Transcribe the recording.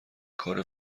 کار